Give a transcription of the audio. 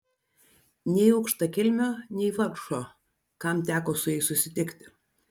nei aukštakilmio nei vargšo kam teko su jais susitikti